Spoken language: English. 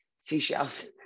seashells